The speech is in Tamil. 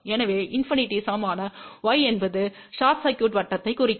எனவே இண்பிநிடிக்கு சமமான Y என்பது ஸார்ட் சர்க்யுட்வட்டத்தைக் குறிக்கும்